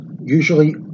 usually